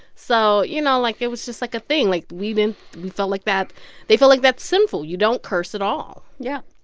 so, you know, like, it was just, like, a thing. like, we didn't we felt like that they felt like that's sinful. you don't curse at all yeah